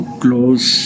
close